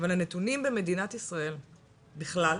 אבל הנתונים במדינת ישראל בכלל ובפרט,